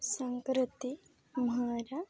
ସଂସ୍କୃତିମୟର